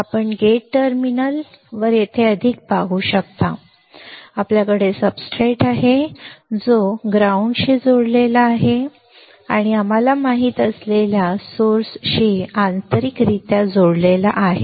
आपण गेट टर्मिनलवर येथे अधिक पाहू शकता आपल्याकडे सब्सट्रेट आहे जो जमिनीशी जोडलेला आहे किंवा जमिनीशी जोडलेला आहे आणि आम्हाला माहित असलेल्या स्त्रोताशी आंतरिकरित्या जोडलेला आहे